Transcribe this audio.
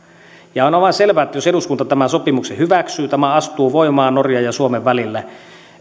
on aivan selvää että jos eduskunta tämän sopimuksen hyväksyy jos tämä astuu voimaan norjan ja suomen välillä